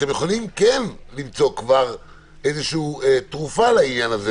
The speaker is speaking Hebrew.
אתם יכולים למצוא כבר איזושהי תרופה לעניין הזה,